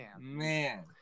Man